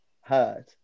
heard